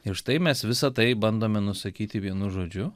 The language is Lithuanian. ir štai mes visa tai bandome nusakyti vienu žodžiu